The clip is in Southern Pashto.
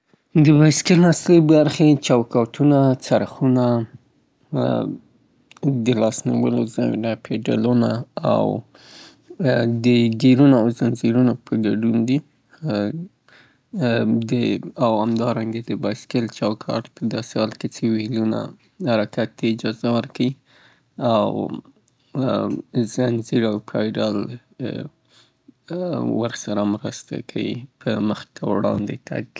بو بایسکل څو مهمې برخې لري: چوکاټ د بایسکل څرخونه د بایسکل پایډلونه، د بایسکل زنځیر او همدارنګه د بایسکل هنډل یا د لاس نیول ځای، چه د کنترول د پاره استفاده کیږي، او یاهم زنځیر او پاډلونه د یو ګیرته د بل ګیرته د تبدیلولو په خاطر استفاده کیږي.